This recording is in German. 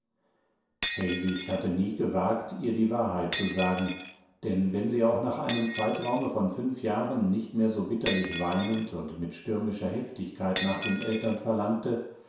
hellwig hatte nie gewagt ihr die wahrheit zu sagen denn wenn sie auch nach einem zeitraume von fünf jahren nicht mehr so bitterlich weinend und mit stürmischer heftigkeit nach den eltern verlangte